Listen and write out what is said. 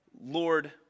Lord